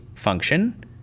Function